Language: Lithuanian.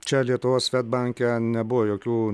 čia lietuvos svedbanke nebuvo jokių